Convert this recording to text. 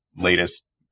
latest